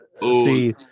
see